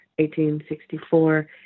1864